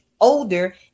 Older